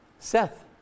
Seth